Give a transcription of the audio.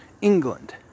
England